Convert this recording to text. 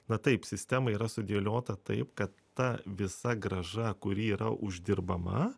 na taip sistema yra sudėliota taip kad ta visa grąža kuri yra uždirbama